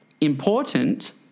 important